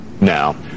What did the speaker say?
now